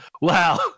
Wow